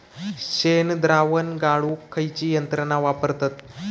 शेणद्रावण गाळूक खयची यंत्रणा वापरतत?